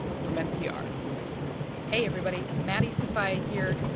from npr hey, everybody maddie sofia here.